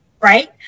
right